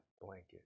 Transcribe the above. blanket